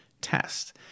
test